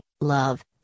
love